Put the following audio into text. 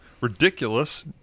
ridiculous